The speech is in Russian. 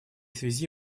связи